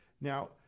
Now